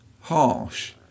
harsh